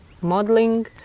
modeling